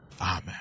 Amen